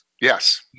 Yes